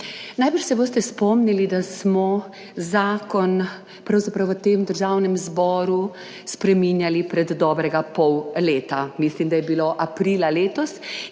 Najbrž se boste spomnili da smo zakon pravzaprav v Državnem zboru spreminjali pred dobrega pol leta, mislim, da je bilo aprila letos,